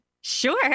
Sure